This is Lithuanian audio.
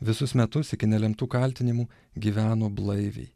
visus metus iki nelemtų kaltinimų gyveno blaiviai